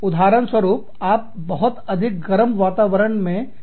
उदाहरण स्वरूप आप बहुत अधिक गर्म वातावरण मौसम में कार्यरत हैं